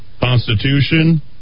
constitution